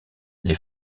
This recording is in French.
les